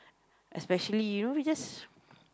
especially you know you just